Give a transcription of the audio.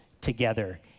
together